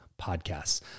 podcasts